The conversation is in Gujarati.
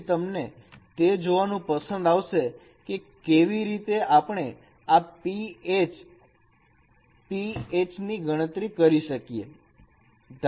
તેથી તમને તે જોવાનું પસંદ આવશે કે કેવી રીતે આપણે આ p H p H ની ગણતરી કરી શકીએ છીએ